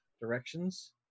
directions